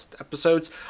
episodes